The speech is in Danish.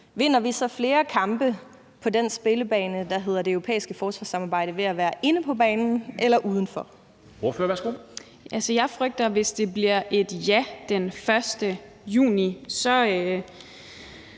vinder vi så flere kampe på den spillebane, der hedder det europæiske forsvarssamarbejde, ved at være inde på banen eller udenfor? Kl. 14:45 Formanden : Ordføreren, værsgo.